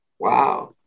Wow